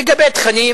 לגבי תכנים,